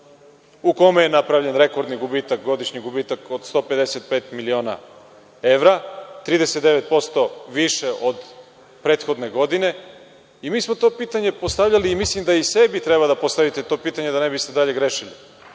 u kome je napravljen rekordni gubitak, godišnji gubitak od 155 miliona evra, 39% više od prethodne godine? Mi smo to pitanje postavljali, a mislim da i sebi treba da postavite to pitanje, da ne biste dalje grešili